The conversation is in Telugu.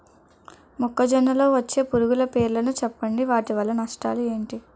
మొక్కజొన్న లో వచ్చే పురుగుల పేర్లను చెప్పండి? వాటి వల్ల నష్టాలు ఎంటి?